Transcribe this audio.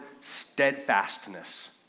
steadfastness